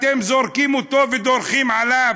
אתם זורקים אותו ודורכים עליו.